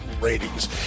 ratings